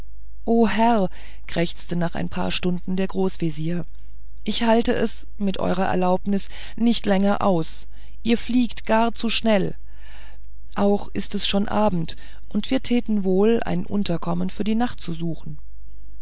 herr ächzte nach ein paar stunden der großvezier ich halte es mit eurer erlaubnis nicht mehr lange aus ihr fliegt gar zu schnell auch ist es schon abend und wir täten wohl ein unterkommen für die nacht zu suchen